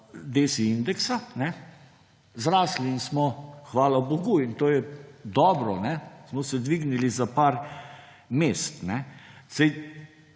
indeksa zrasli in smo hvala bogu in to je dobro, smo se dvignili za par mest. Saj